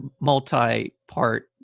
multi-part